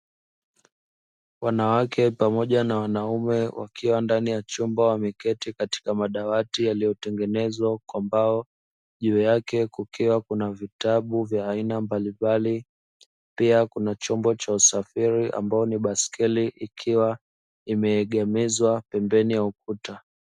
Wanawake pamoja na wanaume, wakiwa ndani ya chumba wameketi katika madawati yaliyotengenezwa kwa mbao, juu yake kukiwa kuna vitabu vya aina mbalimbali. Pia kuna chombo cha usafiri ambayo ni baiskeli ikiwa imeegemezwa pembeni ya ukuta.